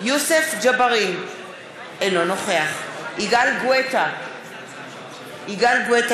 אנחנו עוברים להצעת חוק ארוחה יומית לתלמיד